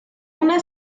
una